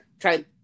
try